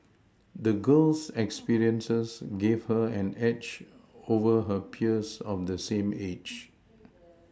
the girl's experiences gave her an edge over her peers of the same age